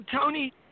Tony